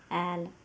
आयल